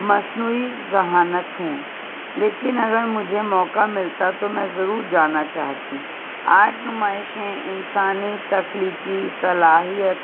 مصنوعی ذہانت ہوں لیکن اگر مجھے موقع ملتا تو میں ضرور جانا چاہتی آرٹ نمائشیں انسانی تخلیقی صلاحیت